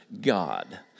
God